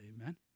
Amen